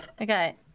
Okay